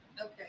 Okay